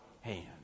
hand